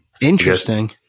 Interesting